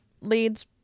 leads